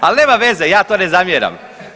Ali nema veze ja to ne zamjeram.